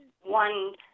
One